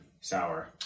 sour